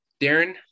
darren